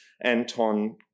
Anton